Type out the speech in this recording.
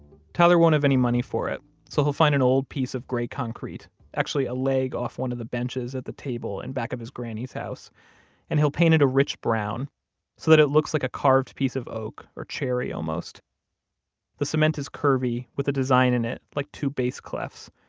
tyler won't have any money for it, so he'll find an old piece of gray concrete actually a leg off one of the benches at the table in back of his granny's house and he'll paint it a rich brown so that it looks like a carved piece of oak, or cherry, almost the cement is curvy, with a design in it like two base clefs.